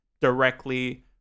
directly